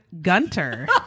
Gunter